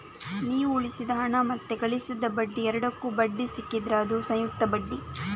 ನೀವು ಉಳಿಸಿದ ಹಣ ಮತ್ತೆ ಗಳಿಸಿದ ಬಡ್ಡಿ ಎರಡಕ್ಕೂ ಬಡ್ಡಿ ಸಿಕ್ಕಿದ್ರೆ ಅದು ಸಂಯುಕ್ತ ಬಡ್ಡಿ